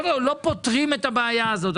לא פותרים את הבעיה הזאת.